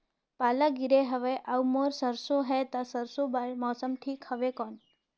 पाला गिरे हवय अउर मोर सरसो हे ता सरसो बार मौसम ठीक हवे कौन?